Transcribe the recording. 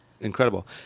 incredible